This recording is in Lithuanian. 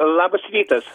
labas rytas